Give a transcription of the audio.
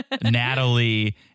Natalie